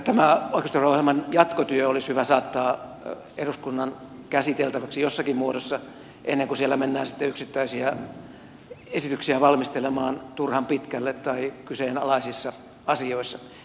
tämä oikeusturvaohjelman jatkotyö olisi hyvä saattaa eduskunnan käsiteltäväksi jossakin muodossa ennen kuin siellä mennään sitten yksittäisiä esityksiä valmistelemaan turhan pitkälle tai kyseenalaisissa asioissa